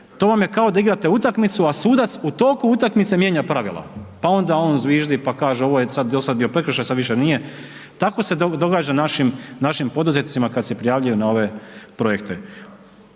to vam je kao da igrate utakmicu, a sudac u toku utakmice mijenja pravila, pa onda on zviždi pa kaže ovo je do sad bio prekršaj sad više nije, tako se događa našim poduzetnicima kad se prijavljuju na ove projekte.